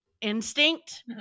instinct